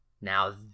Now